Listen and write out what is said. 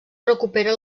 recupera